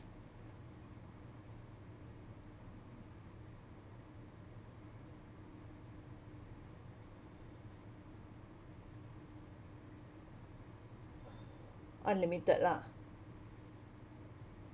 unlimited lah